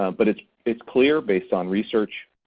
um but it's it's clear based on research,